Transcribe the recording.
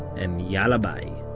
and yalla bye